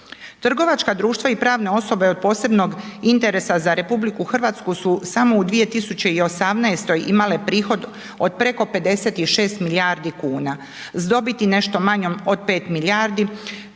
Trgovačka društva i pravne osobe od posebnog interesa za RH su samo u 2018. imale prihod od preko 56 milijardi kuna s dobiti nešto manjom od 5 milijardi,